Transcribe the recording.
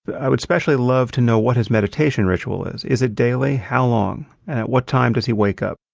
but i would especially love to know what his meditation ritual is. is it daily? how long? at what time does he wake up?